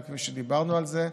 וכפי שדיברנו על זה,